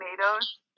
tomatoes